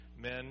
Men